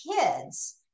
kids